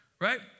right